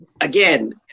Again